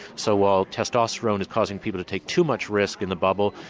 so while testosterone is causing people to take too much risk in the bubble,